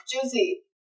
Juicy